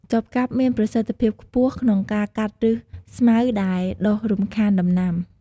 ចបកាប់មានប្រសិទ្ធភាពខ្ពស់ក្នុងការ កាត់ឫសស្មៅដែលដុះរំខានដំណាំ។